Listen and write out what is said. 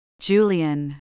Julian